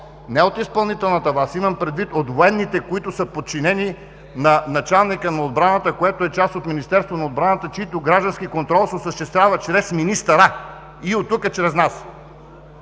не от изпълнителната власт. Имам предвид от военните, които са подчинени на началника на отбраната, което е част от Министерството на отбраната, чийто граждански контрол се осъществява чрез министъра и оттук – чрез нас.